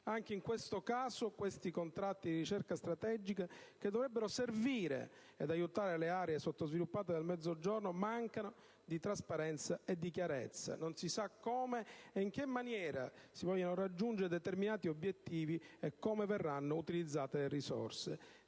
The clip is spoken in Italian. Anche in questo caso tali contratti, che dovrebbero servire ad aiutare le aree sottosviluppate del Mezzogiorno, mancano di trasparenza e di chiarezza: non si sa in che maniera si vogliono raggiungere determinati obiettivi e come verranno utilizzate le risorse.